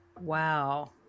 Wow